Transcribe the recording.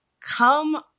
come –